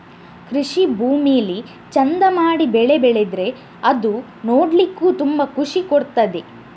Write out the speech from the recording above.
ಕೃಷಿ ಭೂಮಿಲಿ ಚಂದ ಮಾಡಿ ಬೆಳೆ ಬೆಳೆದ್ರೆ ಅದು ನೋಡ್ಲಿಕ್ಕೂ ತುಂಬಾ ಖುಷಿ ಕೊಡ್ತದೆ